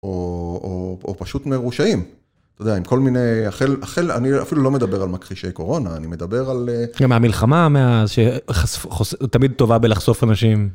או פשוט מרושעים. אתה יודע, עם כל מיני, החל, אני אפילו לא מדבר על מכחישי קורונה, אני מדבר על... גם על המלחמה, תמיד טובה בלחשוף אנשים.